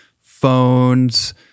phones